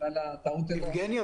בגלל טעות אנוש.